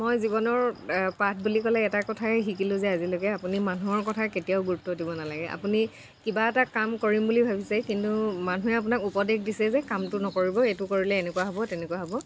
মই জীৱনৰ পাঠ বুলি ক'লে এটা কথাই শিকিলোঁ যে আজিলৈকে আপুনি মানুহৰ কথা কেতিয়াও গুৰুত্ব দিব নালাগে আপুনি কিবা এটা কাম কৰিম বুলি ভাবিছে কিন্তু মানুহে আপোনাক উপদেশ দিছে যে কামটো নকৰিব এইটো কৰিলে এনেকুৱা হ'ব তেনেকুৱা হ'ব